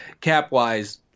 cap-wise